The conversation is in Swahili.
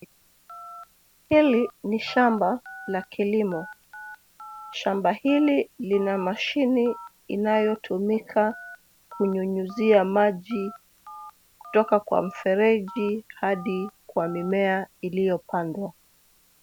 Hili ni shamba la kilimo. Shamba hili lina mashini inayotumika kunyunyizia maji kutoka kwa mifereji hadi kwa mimea iliyopandwa.